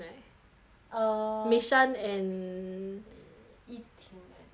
err mishan and eh yi ting and no yi ting 也有 black